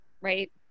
Right